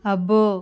అబ్బో